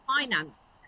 finance